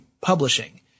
publishing